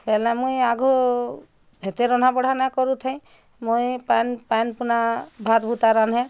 ବଲେ ମୁଇଁ ଆଗ ହେତେ ରନ୍ଧାବଢ଼ା ନାଇଁ କରୁଥାଇ ମୁଇଁ ପାଏନ୍ ପାଏନ୍ ପୁନା ଭାତ୍ ଭୁତା ରାନ୍ଧେ